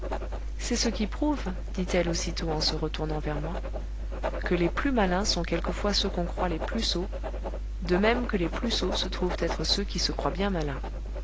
c'est ce qui prouve dit-elle aussitôt en se retournant vers moi que les plus malins sont quelquefois ceux qu'on croit les plus sots de même que les plus sots se trouvent être ceux qui se croient bien malins